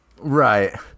Right